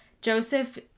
Joseph